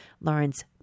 Lawrence